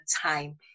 time